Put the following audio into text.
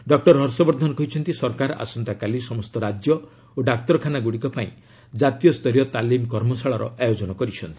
doctor Harsh Vardhan କହିଛନ୍ତି ସରକାର ଆସନ୍ତାକାଲି ସମସ୍ତ ରାଜ୍ୟ ଓ ଡାକ୍ତରଖାନାଗୁଡ଼ିକ ପାଇଁ ଜାତୀୟସ୍ତରୀୟ ତାଲିମ କର୍ମଶାଳାର ଆୟୋଜନ କରିଛନ୍ତି